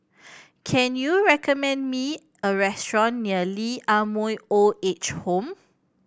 can you recommend me a restaurant near Lee Ah Mooi Old Age Home